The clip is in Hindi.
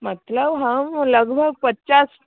मतलब हम लगभग पचास